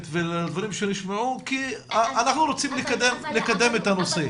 ולדברים שנשמעו כי אנחנו רוצים לקדם את הנושא.